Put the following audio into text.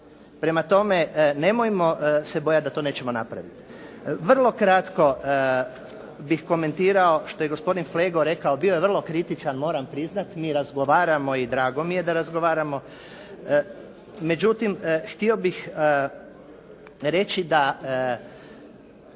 Prema tome, nemojmo se bojati da to nećemo napraviti. Vrlo kratko bih komentirao što je gospodin Flego rekao bio je vrlo kritičan moram priznati. Mi razgovaramo i drago mi je da razgovaramo. Međutim htio bih reći da